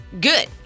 Good